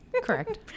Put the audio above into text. Correct